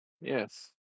Yes